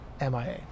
MIA